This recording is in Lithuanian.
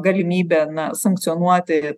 galimybė na sankcionuoti